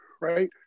right